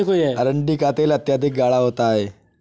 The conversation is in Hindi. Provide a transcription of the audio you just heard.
अरंडी का तेल अत्यधिक गाढ़ा होता है